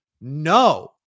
no